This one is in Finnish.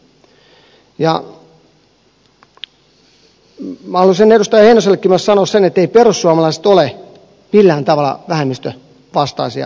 haluaisin edustaja heinosellekin sanoa myös sen etteivät perussuomalaiset ole millään tavalla vähemmistövastaisia niin kuin hän täällä puhui